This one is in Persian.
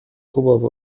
خوب